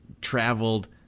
traveled